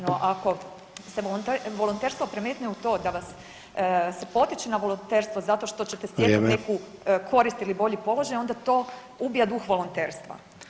No ako se volonterstvo premetne u to da vas se potiče na volonterstvo zato što ćete stjecat [[Upadica: Vrijeme.]] neku korist ili bolji položaj onda to ubija duh volonterstva.